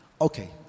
Okay